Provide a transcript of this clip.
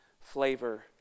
flavor